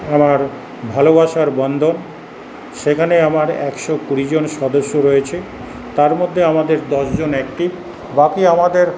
আমার ভালোবাসার বন্ধন সেখানে আমার একশো কুড়ি জন সদস্য রয়েছে তারমধ্যে আমাদের দশ জন অ্যাক্টিভ বাকি আমাদের